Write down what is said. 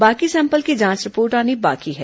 बाकी सैंपल की जांच रिपोर्ट आनी बाकी है